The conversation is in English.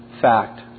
fact